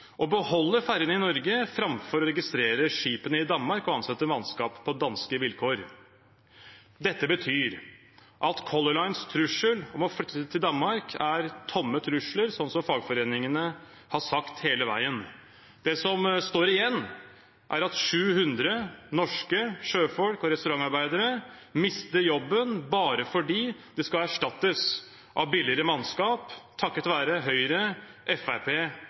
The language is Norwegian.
å beholde ferjene i Norge framfor å registrere skipene i Danmark og ansette mannskap på danske vilkår. Dette betyr at Color Lines trussel om å flytte til Danmark er tomme trusler, som fagforeningene har sagt hele veien. Det som står igjen, er at 700 norske sjøfolk og restaurantarbeidere mister jobben bare fordi de skal erstattes av billigere mannskap, takket være Høyre,